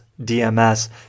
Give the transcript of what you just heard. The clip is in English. DMS